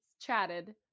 chatted